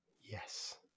Yes